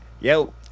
Yo